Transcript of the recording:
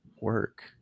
work